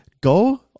go